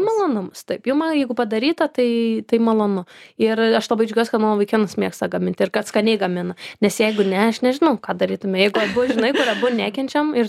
malonumas taip jau man jeigu padaryta tai tai malonu ir aš labai džiaugiuosi kad vaikinas mėgsta gaminti ir kad skaniai gamina nes jeigu ne aš nežinau ką darytume jeigu abu žinai kur abu nekenčiam ir